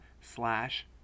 slash